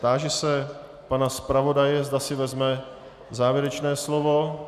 Táži se pana zpravodaje, zda si vezme závěrečné slovo.